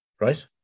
right